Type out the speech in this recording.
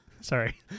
Sorry